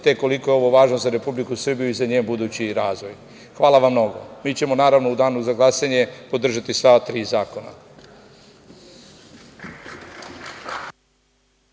koliko je ovo važno za Republiku Srbiju i za njen budući razvoj. Hvala vam mnogo. Mi ćemo, naravno, u danu za glasanje podržati sva tri zakona.